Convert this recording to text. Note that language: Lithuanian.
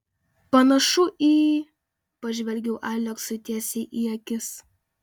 panašu į pažvelgiu aleksui tiesiai į akis